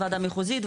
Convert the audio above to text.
וועדה מחוזית,